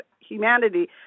humanity